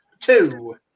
two